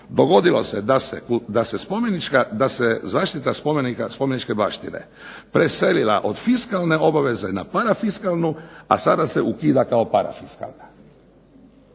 Dogodilo se da se zaštita spomenika, spomeničke baštine preselila od fiskalne obveze na parafiskalnu, a sada se ukida kao parafiskalna.